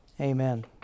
amen